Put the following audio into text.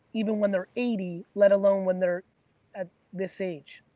even when they're eighty, let alone when they're at this age.